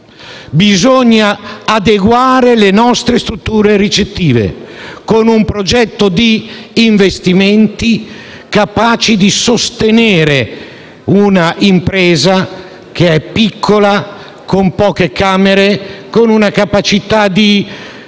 Bisogna adeguare le nostre strutture ricettive con un progetto di investimenti capace di sostenere anche un'impresa piccola, che ha poche camere e una capacità di rilancio